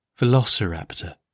Velociraptor